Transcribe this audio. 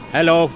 Hello